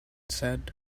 said